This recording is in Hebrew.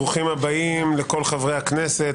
ברוכים הבאים לחברי הכנסת,